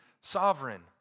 sovereign